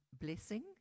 blessing